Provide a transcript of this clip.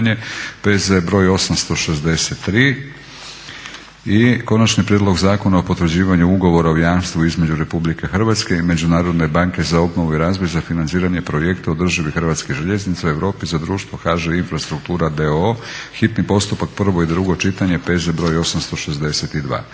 P.Z. br. 863; - Konačni prijedlog Zakona o potvrđivanju Ugovora o jamstvu između Republike Hrvatske i Međunarodne banke za obnovu i razvoj za financiranje projekta održivih Hrvatskih željeznica u Europi za društvo HŽ Infrastruktura d.o.o., hitni postupak, prvo i drugo čitanje, P.Z. br. 862;